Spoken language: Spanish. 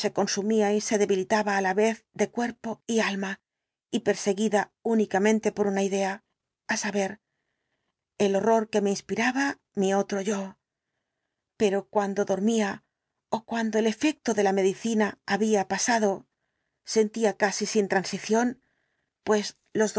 consumía y se debilitaba á la vez de cuerpo y alma y perseguida únicamente por una idea á saber el horror que me inspiraba mi otro yo pero cuando dormía ó cuando el efecto de la medicina había pasado sentía casi sin transición pues